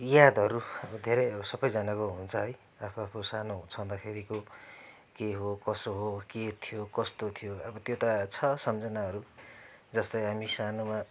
यादहरू धेरै सबैजनाको हुन्छ है आफू आफू सानो छँदाखेरिको के हो कसो हो के थियो कस्तो थियो अब त्यो त छ सम्झनाहरू जस्तै हामी सानोमा